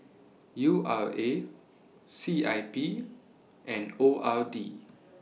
U R A C I P and O R D